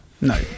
No